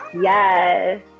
yes